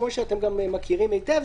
כמו שאתם גם מכירים היטב,